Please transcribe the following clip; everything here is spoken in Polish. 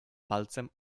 palcem